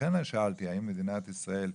לכן אני שאלתי האם מדינת ישראל,